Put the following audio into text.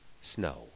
snow